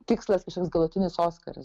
tikslas kažkoks galutinis oskaras